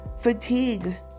fatigue